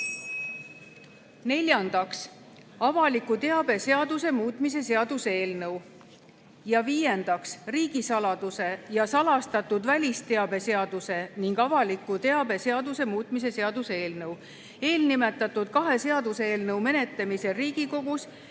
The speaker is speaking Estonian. avaliku teabe seaduse muutmise seaduse eelnõu. Ja viiendaks, riigisaladuse ja salastatud välisteabe seaduse ning avaliku teabe seaduse muutmise seaduse eelnõu. Eelnimetatud kahe seaduseelnõu menetlemisel Riigikogus